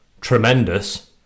tremendous